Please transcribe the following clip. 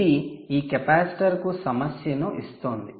ఇది ఈ కెపాసిటర్కు సమస్యను ఇస్తోంది